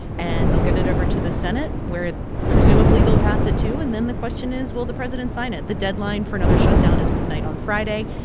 and they'll get it over to the senate, where presumably they'll pass it, too, and then the question is, will the president sign it? the deadline for another shutdown is midnight on friday.